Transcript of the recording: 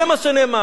זה מה שנאמר.